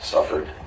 suffered